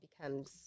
becomes